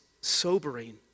sobering